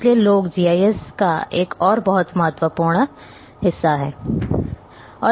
इसलिए लोग जीआईएस का एक और बहुत महत्वपूर्ण घटक है